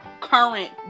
current